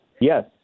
Yes